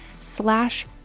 slash